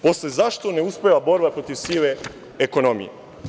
Posle – zašto ne uspeva borba protiv sive ekonomije?